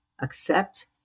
accept